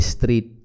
Street